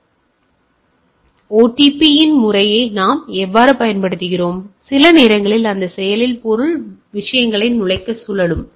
எனவே OTP இன் முறையை நாம் என்ன பயன்படுத்துகிறோம் அல்லது சில நேரங்களில் அந்த செயலில் பொருள் விஷயங்களை நுழைக்க சுழலும்